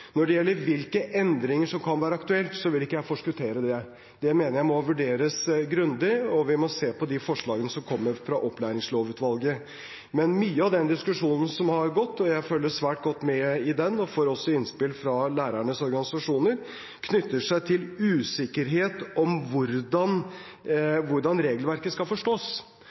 Når det gjelder hvilke endringer som kan være aktuelle, vil ikke jeg forskuttere det. Det mener jeg må vurderes grundig, og vi må se på de forslagene som kommer fra opplæringslovutvalget. Men mye av den diskusjonen som har foregått – jeg følger svært godt med på den og får også innspill fra lærernes organisasjoner – knytter seg til usikkerhet om hvordan regelverket skal forstås.